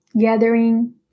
gathering